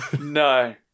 No